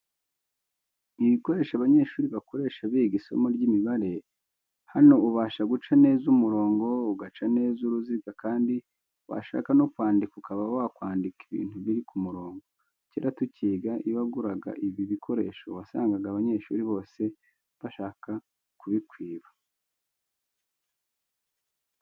Ibikoresho abanyeshuri bakoresha biga isomo ry'imibare. Hano ubasha guca neza umurongo, ugaca neza uruziga kandi washaka no kwandika ukaba wakandika ibintu biri ku murongo. Kera tukiga iyo waguraga ibi bikoresho wasangana abanyeshuri bose bashaka kubikwiba.